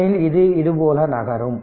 ஏனெனில் இது போல நகரும்